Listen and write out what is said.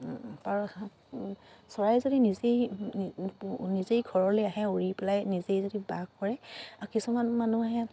পাৰ চৰাই যদি নিজেই নিজেই ঘৰলে আহে উৰি পেলাই নিজেই যদি বাস কৰে আৰু কিছুমান মানুহ আহে